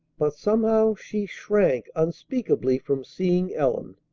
but somehow she shrank unspeakably from seeing ellen.